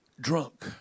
drunk